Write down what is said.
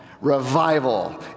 Revival